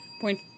Point